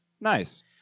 Nice